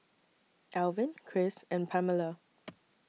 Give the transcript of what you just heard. Elvin Chris and Pamella